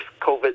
COVID